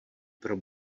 pro